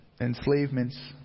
enslavements